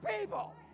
people